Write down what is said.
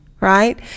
right